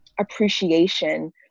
appreciation